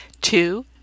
Two